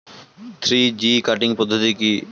Three G cutting পদ্ধতি কি?